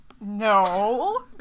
No